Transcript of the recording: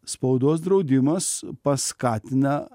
spaudos draudimas paskatina